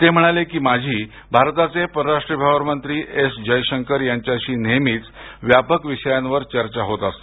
ते म्हणाले की माझी भारताचे परराष्ट्र व्यवहार मंत्री एस जयशंकर यांच्याशी नेहमीच व्यापक विषयांवर चर्चा होत असते